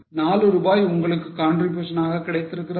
4 ரூபாய் உங்களுக்கு contribution ஆக கிடைத்திருக்கிறதா